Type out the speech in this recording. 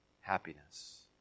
Happiness